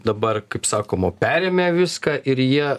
dabar kaip sakoma perėmė viską ir jie